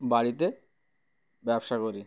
বাড়িতে ব্যবসা করি